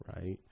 right